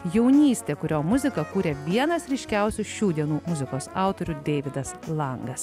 jaunystė kurio muziką kūrė vienas ryškiausių šių dienų muzikos autorių deividas langas